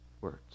words